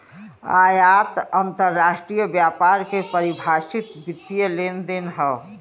आयात अंतरराष्ट्रीय व्यापार के परिभाषित वित्तीय लेनदेन हौ